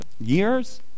Years